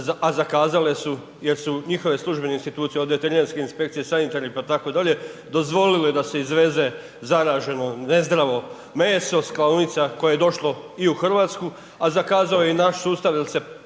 a zakazale su jer su njihove službene institucije od veterinarske inspekcije, sanitarne itd., dozvolile da se izveze zaraženo nezdravo meso sa klaonica koje je došlo i u Hrvatsku a zakazao je i naš sustav jer se